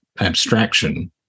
abstraction